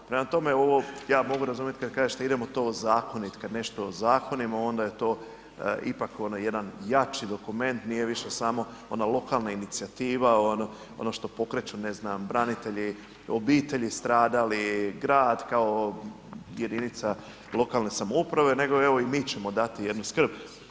Prema tome ovo ja mogu razumjeti kad kažete idemo to ozakoniti, kad nešto ozakonimo onda je to ipak jedan jači dokument nije više samo ona lokalna inicijativa, ono što pokreću ne znam branitelji, obitelji stradalih, grad kao jedinica lokalne samouprave nego evo i mi ćemo dati jednu skrb.